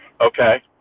Okay